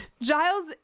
Giles